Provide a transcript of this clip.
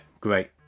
Great